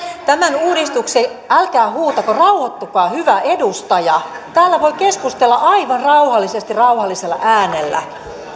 tämän uudistuksen älkää huutako rauhoittukaa hyvä edustaja täällä voi keskustella aivan rauhallisesti rauhallisella äänellä